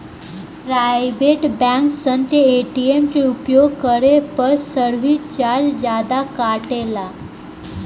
private bank सन के ATM के उपयोग करे पर सर्विस चार्ज जादा कटेला